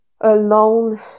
alone